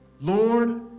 Lord